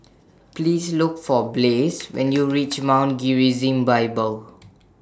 Please Look For Blaze when YOU REACH Mount Gerizim Bible